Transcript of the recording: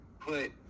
put